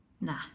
nah